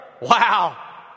Wow